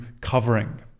covering